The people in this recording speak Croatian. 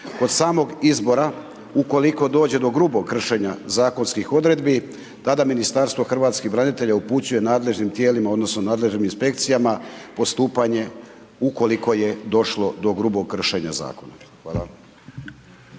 Od samog izbora, ukoliko dođe do grubog kršenja zakonskih odredbi, tada Ministarstvo hrvatskih branitelja, upućuje nadležnim tijelima, odnosno, nadležnim inspekcijama postupanje ukoliko je došlo do grubog kršenja zakona. Hvala.